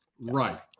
Right